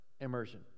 immersion